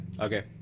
okay